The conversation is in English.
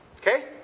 Okay